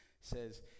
says